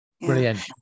Brilliant